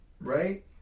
Right